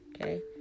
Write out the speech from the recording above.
Okay